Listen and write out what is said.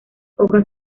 hojas